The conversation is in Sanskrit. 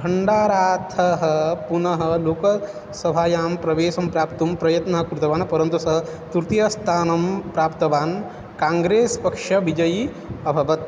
भण्डाराथः पुनः लोकसभायां प्रवेशं प्राप्तुं प्रयत्नः कृतवान् परन्तु सः तृतीयस्थानं प्राप्तवान् काङ्ग्रेस् पक्षः विजयी अभवत्